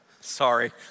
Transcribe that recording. Sorry